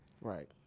Right